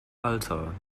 alter